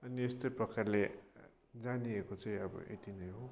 अनि यस्तै प्रकारले जानिएको चाहिँ अब यति नै हो